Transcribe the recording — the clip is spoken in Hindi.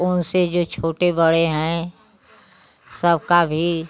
उनसे जो छोटे बड़े हैं सबका भी